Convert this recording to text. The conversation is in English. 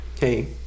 hey